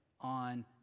on